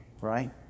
right